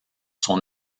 son